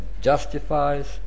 justifies